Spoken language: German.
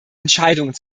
entscheidungen